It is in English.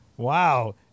Wow